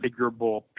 configurable